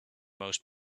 most